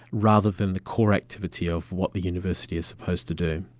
rather than the core activity of what the university is supposed to do.